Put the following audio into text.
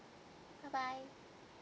bye bye